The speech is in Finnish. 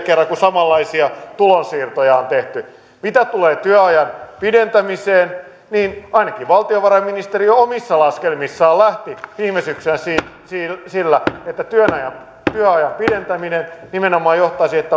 kerralla kun samanlaisia tulonsiirtoja on tehty mitä tulee työajan pidentämiseen niin ainakin valtiovarainministeriö omissa laskelmissaan lähti viime syksynä siitä että työajan työajan pidentäminen nimenomaan johtaisi siihen että